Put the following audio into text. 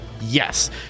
Yes